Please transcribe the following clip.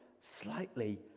slightly